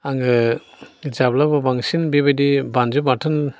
आङो जाब्लाबो बांसिन बेबादि बानलु बाथोन